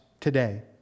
today